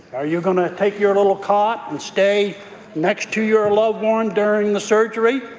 are you going to take your little cot and stay next to your loved one during the surgery,